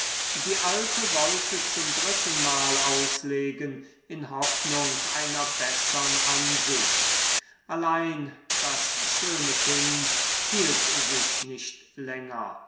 die alte wollte zum drittenmal auslegen in hoffnung einer bessern ansicht allein das schöne kind hielt sich nicht länger